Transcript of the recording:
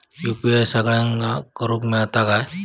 UPI सगळ्यांना करुक मेलता काय?